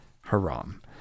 haram